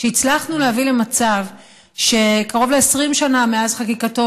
שהצלחנו להביא למצב שקרוב ל-20 שנה מאז חקיקתו